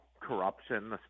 corruption